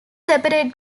separate